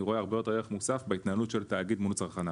אני רואה הרבה יותר ערך מוסף בהתנהגות של התאגיד מול צרכניו.